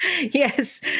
Yes